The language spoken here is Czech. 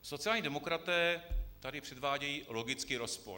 Sociální demokraté tady předvádějí logický rozpor.